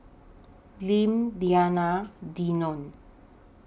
Lim Denan Denon